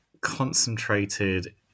concentrated